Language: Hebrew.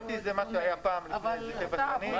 מת"י זה מה שהיה פעם לפני כשבע שנים.